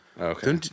Okay